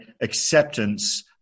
acceptance